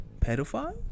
Pedophile